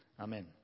Amen